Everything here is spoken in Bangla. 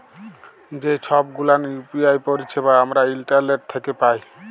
যে ছব গুলান ইউ.পি.আই পারিছেবা আমরা ইন্টারলেট থ্যাকে পায়